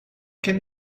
can